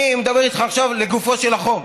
אני מדבר איתך עכשיו לגופו של החוק.